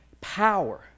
power